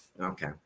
Okay